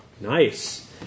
Nice